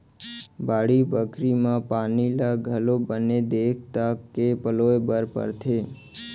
बाड़ी बखरी म पानी ल घलौ बने देख ताक के पलोय बर परथे